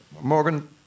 Morgan